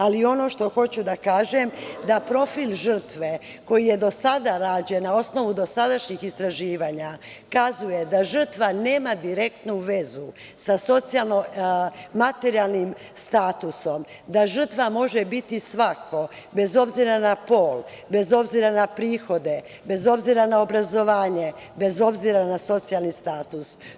Ali, ono što hoću da kaže, da profil žrtve koji je do sada rađen na osnovu dosadašnjih istraživanja kazuje da žrtva nema direktnu vezu sa socijalno-materijalnim statusom, da žrtva može biti svako, bez obzira na pol, bez obzira na prihode, bez obzira na obrazovanje, bez obzira na socijalni status.